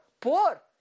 poor